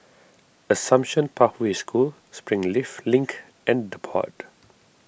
Assumption Pathway School Springleaf Link and the Pod